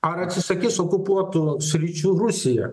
ar atsisakys okupuotų sričių rusija